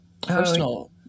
personal